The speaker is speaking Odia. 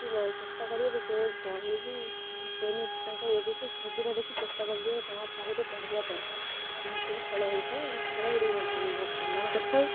ଚେଷ୍ଟା କରିବ ଯେ ମାନେ ସେମିତି ତାଙ୍କ ଏବେ ସେ ସୁବିଧା ଦେଖି ଚେଷ୍ଟା କରାଯାଉ ତା ପାଳିରେ ପହଁଞ୍ଚିବା ପାଇଁ ଏସବୁ ଖେଳ ହୋଇଥାଏ ଖେଳ ଗୁଡ଼ିକୁ ମଧ୍ୟ ଆମେ ବହୁତ ସମ୍ମାନ କରିଥାଉ